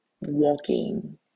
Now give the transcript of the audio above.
walking